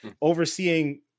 overseeing